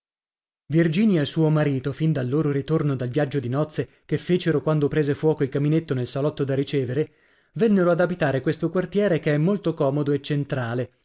e suo marito fin dal loro ritorno dal viaggio di nozze che fecero quando prese fuoco il caminetto nel salotto da ricevere vennero ad abitare questo quartiere che è molto comodo e centrale